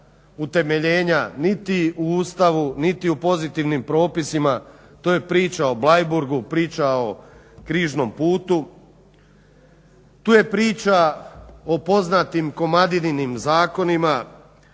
utemeljenja niti u Ustavu niti u pozitivnim propisima, to je priča o Bleiburgu, priča o križnom putu. Tu je priča o poznatim Komadininim zakonima,